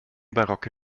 barocke